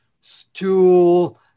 stool